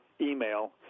email